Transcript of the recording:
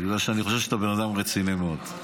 בגלל שאני חושב שאתה בן אדם רציני מאוד.